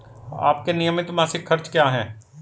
आपके नियमित मासिक खर्च क्या हैं?